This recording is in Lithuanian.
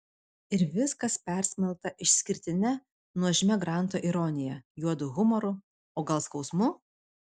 ir viskas persmelkta išskirtine nuožmia granto ironija juodu humoru o gal skausmu